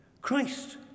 Christ